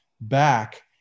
back